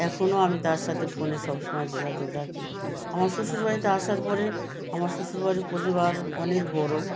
এখনো আমি তার সাথে ফোনে সব সময় যোগাযোগ রাখি আমার শ্বশুরবাড়িতে আসার পরে আমার শ্বশুরবাড়ির পরিবার অনেক বড়